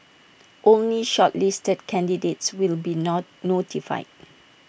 only shortlisted candidates will be not notified